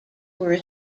were